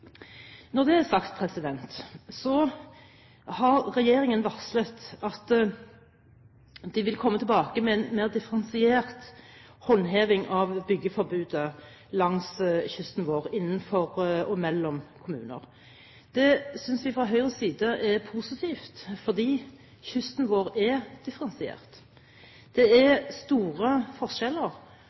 Når det er sagt, har regjeringen varslet at de vil komme tilbake med en mer differensiert håndheving av byggeforbudet langs kysten vår innenfor og mellom kommuner. Det synes vi fra Høyres side er positivt, fordi kysten vår er differensiert. Det er store forskjeller